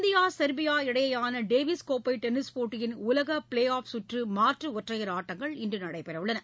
India சொ்பியா இடையேயானடேவிஸ் கோப்பைடென்னிஸ் போட்டியின் உலகப்ளேஆஃப் சுற்றுமாற்றுஒற்றையா் ஆட்டங்கள் இன்றுநடைபெறவுள்ளன